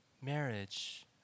marriage